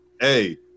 hey